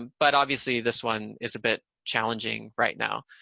but obviously, this one is a bit challenging right now,